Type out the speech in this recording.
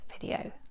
video